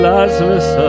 Lazarus